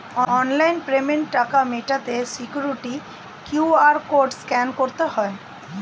online পেমেন্টে টাকা মেটাতে সিকিউরিটি কিউ.আর কোড স্ক্যান করতে হয়